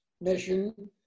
mission